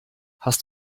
hast